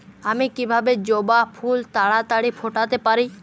আমি কিভাবে জবা ফুল তাড়াতাড়ি ফোটাতে পারি?